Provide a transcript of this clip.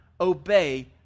obey